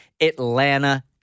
Atlanta